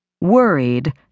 Worried